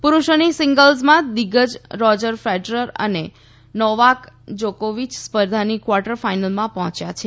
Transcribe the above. પુરૂષોની સિંગ્લસમાં દિગ્ગજ રોજર ફેડરર અને નોવાક જોકોવીય સ્પર્ધાની ક્વાર્ટર ફાઈનલમાં પર્ફોચ્યા છે